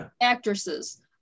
actresses